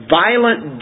violent